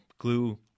glue